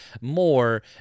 more